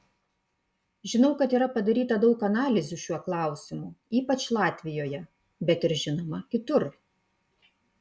žinau kad yra padaryta daug analizių šiuo klausimu ypač latvijoje bet ir žinoma kitur